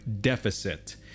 deficit